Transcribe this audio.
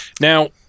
Now